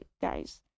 guys